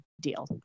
deal